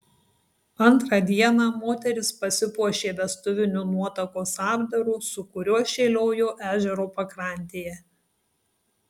antrą dieną moteris pasipuošė vestuviniu nuotakos apdaru su kuriuo šėliojo ežero pakrantėje